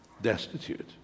destitute